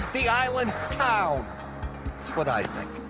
the island town. it's what i think.